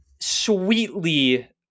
sweetly